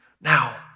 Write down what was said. Now